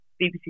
BBC